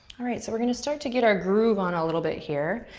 all right. so we're gonna start to get our groove on a little bit here,